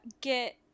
get